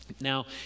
Now